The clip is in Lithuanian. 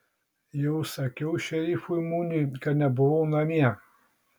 jau sakiau šerifui muniui kad nebuvau namie